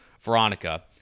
Veronica